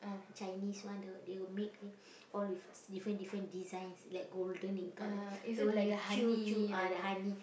Chinese one they they will make all with different different designs like golden in colour the one you chew chew ah the honey